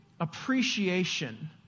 appreciation